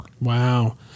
Wow